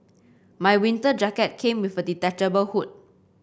my winter jacket came with a detachable hood